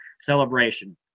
celebration